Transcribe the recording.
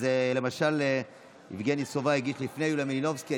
אז למשל יבגני סובה הגיש לפני יוליה מלינובסקי.